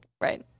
right